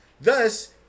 Thus